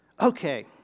okay